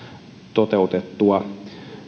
toteutettua